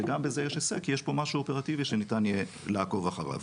וגם בזה יש הישג כי יש פה משהו אופרטיבי שניתן יהיה לעקוב אחריו.